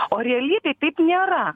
o realybėj taip nėra